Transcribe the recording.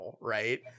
right